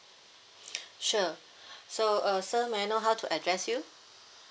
sure so uh sir may I know how to address you